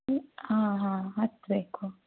ಹ್ಞೂ ಹಾಂ ಹಾಂ ಹತ್ತು ಬೇಕು